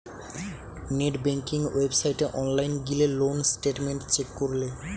net banking ওয়েবসাইটে online গিলে loan statement check করলে